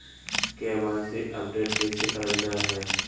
KYC update कैसे करल जाहै?